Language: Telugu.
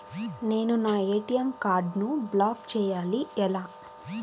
నేను నా ఏ.టీ.ఎం కార్డ్ను బ్లాక్ చేయాలి ఎలా?